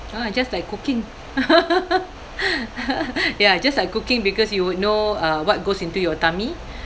ah just like cooking ya just like cooking because you would know uh what goes into your tummy